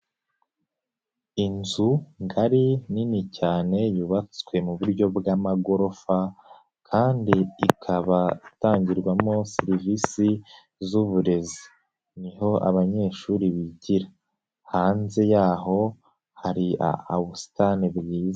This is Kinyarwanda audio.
Inzu ngari nini cyane yubatswe mu buryo bw'amagorofa kandi ikaba itangirwamo serivisi z'uburezi, ni ho abanyeshuri bigira, hanze yaho hari ubusitani bwiza.